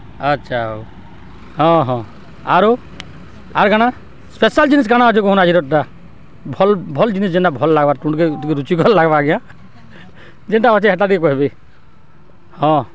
ଆଚ୍ଛା ହଉ ହଁ ହଁ ଆରୁ ଆର୍ କାଣା ସ୍ପେଶାଲ୍ ଜିନିଷ୍ କାଣା ଅଛେ କହୁନ୍ ଆଜିର୍ଟା ଭଲ୍ ଭଲ୍ ଜିନିଷ୍ ଯେନ୍ତା ଭଲ୍ ଲାଗ୍ବା ଟୁଣ୍କେ ଟିକେ ରୁଚିିକର୍ ଲାଗ୍ବା ଆଜ୍ଞା ଯେନ୍ତା ଅଛେ ହେଟା ଟିକେ କହେବେ ହଁ